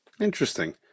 Interesting